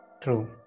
True